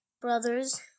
brothers